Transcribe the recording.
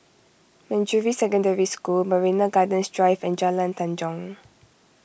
Manjusri Secondary School Marina Gardens Drive and Jalan Tanjong